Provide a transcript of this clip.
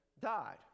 died